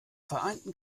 vereinten